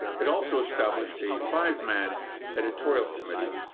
it also established a five man editorial committee.